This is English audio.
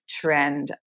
trend